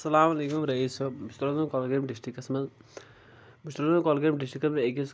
اسلام علیکم رٔیٖس صٲب بہٕ چھُس روزان کۄلگامۍ ڈسٹرکس منٛز بہٕ چھُس روزان کۄلگامۍ ڈستڑکس منٛز أکِس